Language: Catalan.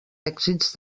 èxits